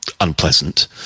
unpleasant